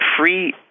free